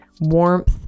warmth